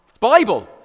Bible